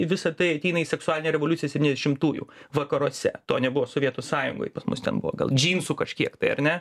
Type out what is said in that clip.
visa tai ateina į seksualinę revoliuciją septyniasdešimtųjų vakaruose to nebuvo sovietų sąjungoj pas mus ten buvo gal džinsų kažkiek tai ar ne